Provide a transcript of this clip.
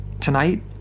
Tonight